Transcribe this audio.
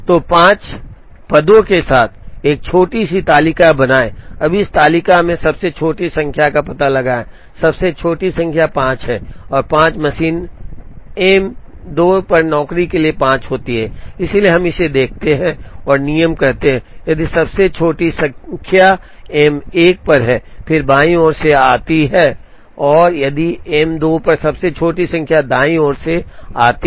तो 5 पदों के साथ एक छोटी सी तालिका बनाएं अब इस तालिका में सबसे छोटी संख्या का पता लगाएं सबसे छोटी संख्या 5 है और 5 मशीन M 2 पर नौकरी के लिए 5 होती है इसलिए हम इसे देखते हैं और नियम कहते हैं यदि सबसे छोटी संख्या M 1 पर है फिर बाईं ओर से आती है और यदि M 2 पर सबसे छोटी संख्या दाईं ओर से आती है